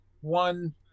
one